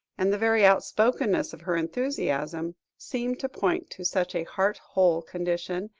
and the very outspokenness of her enthusiasm, seemed to point to such a heart-whole condition,